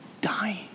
dying